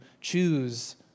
choose